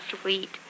sweet